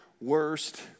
worst